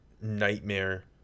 nightmare